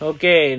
Okay